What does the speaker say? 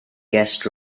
guest